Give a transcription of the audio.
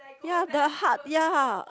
ya the heart ya